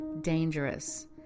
dangerous